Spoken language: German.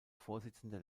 vorsitzender